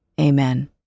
Amen